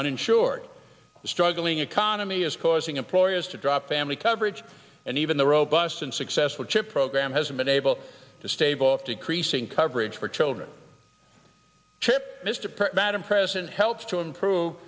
uninsured the struggling economy is causing employers to drop family coverage and even the robust and successful chip program has been able to stave off decreasing coverage for children chip mr madam president helps to improve